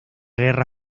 guerra